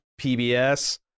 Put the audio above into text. PBS